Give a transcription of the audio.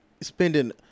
spending